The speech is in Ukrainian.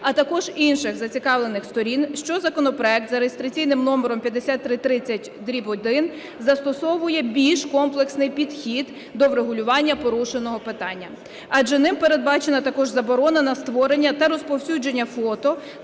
а також інших зацікавлених сторін, що законопроект за реєстраційним номером 5330-1 застосовує більш комплексний підхід до врегулювання порушеного питання, адже ним передбачена також заборона на створення та розповсюдження фото